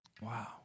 wow